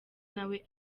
nawe